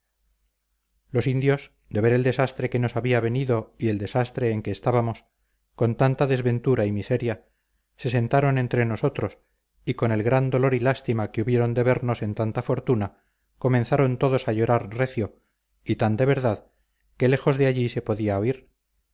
los indios de ver el desastre que nos había venido y el desastre en que estábamos con tanta desventura y miseria se sentaron entre nosotros y con el gran dolor y lástima que hubieron de vernos en tanta fortuna comenzaron todos a llorar recio y tan de verdad que lejos de allí se podía